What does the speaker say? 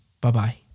Bye-bye